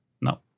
No